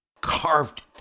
carved